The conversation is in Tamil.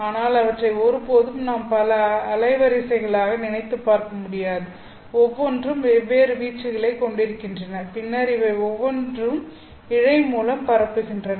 ஆனால் அவற்றை ஒருபோதும் நாம் பல அலைவரிசைகளாக நினைத்துப் பார்க்க முடியாது ஒவ்வொன்றும் வெவ்வேறு வீச்சுகளைக் கொண்டிருக்கின்றன பின்னர் இவை ஒவ்வொன்றும் இழை மூலம் பரப்புகின்றன